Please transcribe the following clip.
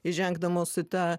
įžengdamos į tą